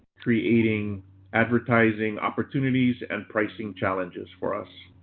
creating advertising opportunities and pricing challenges for us.